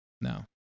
No